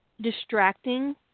distracting